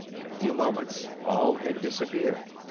in a few moments, all had disappeared.